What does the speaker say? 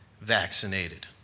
vaccinated